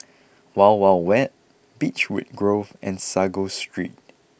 Wild Wild Wet Beechwood Grove and Sago Street